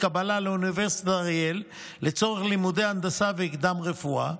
קבלה לאוניברסיטת אריאל לצורך לימודי הנדסה וקדם-רפואה.